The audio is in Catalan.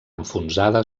enfonsada